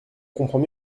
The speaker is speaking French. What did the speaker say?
comprend